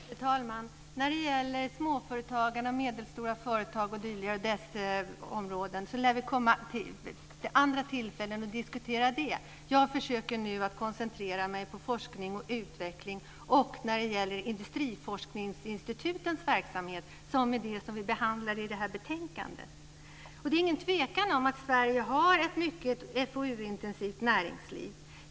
Fru talman! När det gäller småföretag, medelstora företag och dess områden lär det komma andra tillfällen att diskutera det. Jag försöker nu att koncentrera mig på forskning och utveckling och industriforskningsinstitutens verksamhet, som är det som vi behandlar i det här betänkandet. Det är ingen tvekan om att Sverige har ett mycket FoU-intensivt näringsliv.